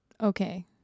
okay